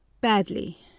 badly